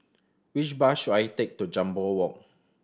which bus should I take to Jambol Walk